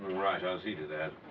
right. i'll see to that.